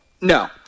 No